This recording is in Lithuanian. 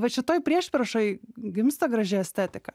vat šitoj priešpriešoj gimsta graži estetika